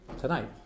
tonight